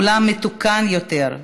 לעולם מתוקן יותר,